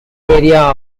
area